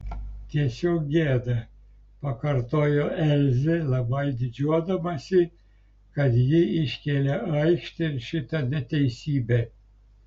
tiesiog gėda pakartojo elzė labai didžiuodamasi kad ji iškėlė aikštėn šitą neteisybę